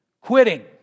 Quitting